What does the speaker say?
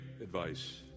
advice